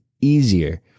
easier